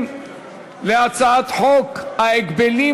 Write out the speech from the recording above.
אם כן, הצעה זו תוצמד להצעת החוק הקודמת,